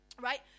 right